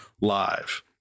live